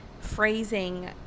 phrasing